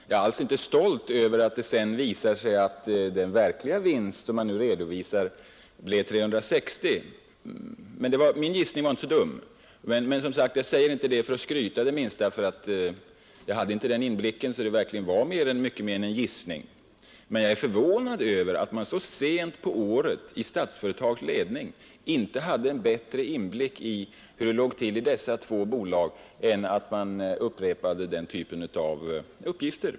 Jag är inte alls stolt över att det sedan visade sig att den verkliga vinsten blev 360 miljoner kronor — men min gissning var alltså inte så dum. Jag betonar att jag inte säger det för att skryta — jag hade inte sådan överblick att det kunde bli mycket mer än en gissning. Jag är emellertid förvånad över att man i Statsföretags ledning så sent på året inte hade bättre inblick i hur det låg till i dessa två bolag än att man upprepade denna uppgift.